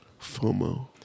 FOMO